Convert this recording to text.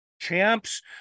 Champs